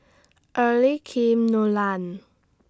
Early Kim Nolan